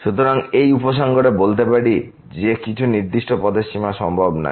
সুতরাং এই উপসংহারে বলতে পারি যে কিছু নির্দিষ্ট পথের সীমা সম্ভব নয়